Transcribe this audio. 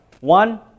One